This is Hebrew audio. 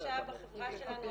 חלשה בחברה שלנו,